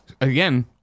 again